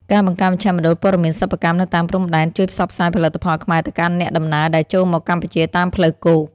ការបង្កើតមជ្ឈមណ្ឌលព័ត៌មានសិប្បកម្មនៅតាមព្រំដែន ជួយផ្សព្វផ្សាយផលិតផលខ្មែរទៅកាន់អ្នកដំណើរដែលចូលមកកម្ពុជាតាមផ្លូវគោក។